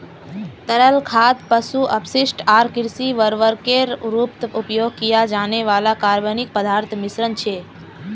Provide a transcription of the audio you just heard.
तरल खाद पशु अपशिष्ट आर कृषि उर्वरकेर रूपत उपयोग किया जाने वाला कार्बनिक पदार्थोंर मिश्रण छे